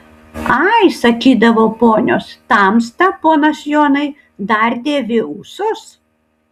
ai sakydavo ponios tamsta ponas jonai dar dėvi ūsus